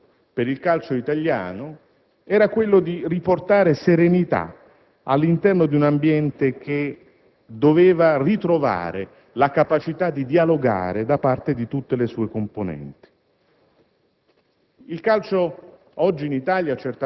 l'unico importante obiettivo per il calcio italiano fosse quello di riportare serenità all'interno di un ambiente che doveva ritrovare la capacità di dialogo da parte di tutte le sue componenti.